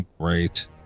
Great